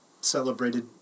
celebrated